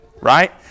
Right